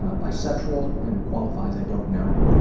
ah bisexual, and qualifies i don't know.